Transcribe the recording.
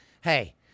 hey